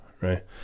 right